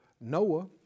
Noah